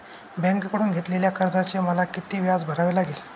बँकेकडून घेतलेल्या कर्जाचे मला किती व्याज भरावे लागेल?